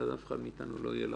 ואז אף אחד מאיתנו לא יהיה לחוץ,